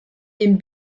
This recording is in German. den